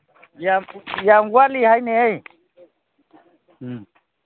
ꯌꯥꯝ ꯋꯥꯠꯂꯤ ꯍꯥꯏꯅꯦꯍꯦ ꯎꯝ